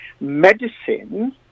medicine